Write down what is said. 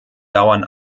dauern